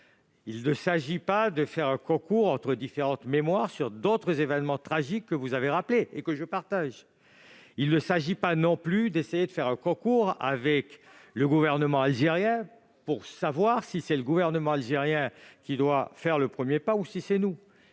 Il ne s'agit pas de faire un concours entre différentes mémoires sur d'autres événements tragiques, que vous avez rappelées et que je partage. Il ne s'agit pas non plus de faire un concours avec le gouvernement algérien pour savoir si c'est lui qui doit faire le premier pas, ou notre